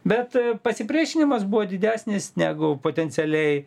bet pasipriešinimas buvo didesnis negu potencialiai